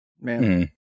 Man